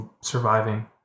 surviving